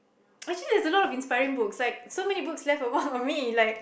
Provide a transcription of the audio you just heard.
actually there's a lot of inspiring books like so many books left a mark on me like